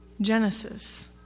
Genesis